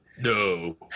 No